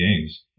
games